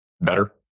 better